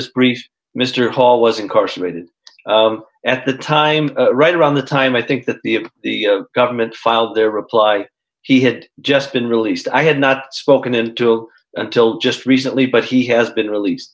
this greece mr hall was incarcerated at the time right around the time i think that the the government filed their reply he had just been released i had not spoken in to until just recently but he has been released